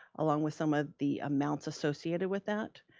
along with some of the amounts associated with that.